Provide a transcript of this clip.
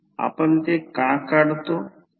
आपण ते का काढतो